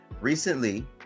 recently